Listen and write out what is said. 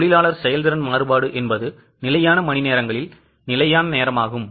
எனவே தொழிலாளர் செயல்திறன் மாறுபாடு என்பது நிலையான மணிநேரங்களில் நிலையான நேரமாகும்